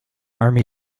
army